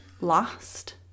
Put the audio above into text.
last